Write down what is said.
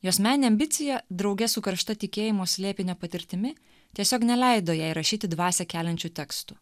jos meninė ambicija drauge su karšta tikėjimo slėpinio patirtimi tiesiog neleido jai rašyti dvasią keliančių tekstų